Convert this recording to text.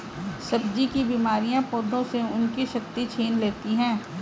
सब्जी की बीमारियां पौधों से उनकी शक्ति छीन लेती हैं